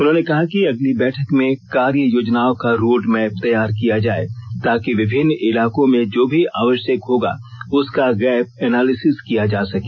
उन्होंने कहा कि अगली बैठक में कार्य योजनाओं का रोड मैप तैयार किया जाये ताकि विभिन्न इलाकों में जो भी आवश्यक होगा उसका गैप एनालिसिस किया जा सके